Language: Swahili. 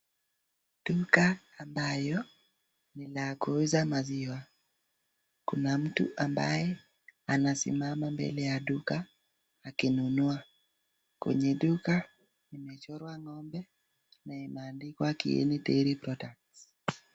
Duka ambayo ni la kuuza maziwa . Kuna mtu ambaye anasimama mbele ya duka akinunua . Kwenye duka kumechorwa ng'ombe na imeandikwa Kieni Dairy Products.